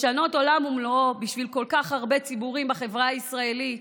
לשנות עולם ומלואו בשביל כל כך הרבה ציבורים בחברה הישראלית.